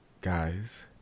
guys